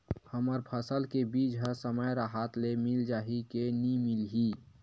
हमर फसल के बीज ह समय राहत ले मिल जाही के नी मिलही?